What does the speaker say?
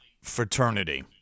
fraternity